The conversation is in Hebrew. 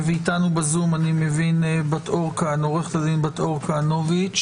איתנו בזום עורכת הדין בת אור כהנוביץ',